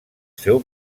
seu